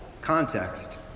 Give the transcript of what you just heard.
context